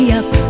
up